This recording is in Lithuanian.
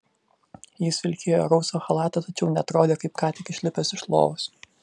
jis vilkėjo rausvą chalatą tačiau neatrodė kaip ką tik išlipęs iš lovos